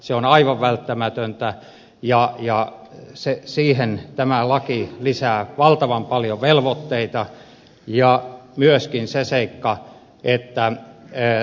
se on aivan välttämätöntä ja siihen tämä laki lisää valtavan paljon velvotteita ja joskin se seikka että velvoitteita